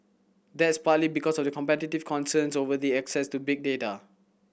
that's partly because of competitive concerns over the access to big data